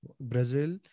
Brazil